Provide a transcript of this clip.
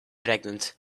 pregnant